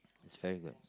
it's very good